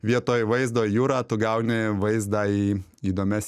vietoj vaizdo į jūrą tu gauni vaizdą į įdomias